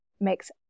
makes